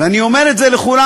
ואני אומר את זה לכולנו.